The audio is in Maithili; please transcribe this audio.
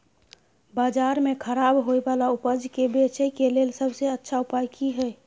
बाजार में खराब होय वाला उपज के बेचय के लेल सबसे अच्छा उपाय की हय?